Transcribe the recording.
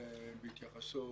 בהתייחסו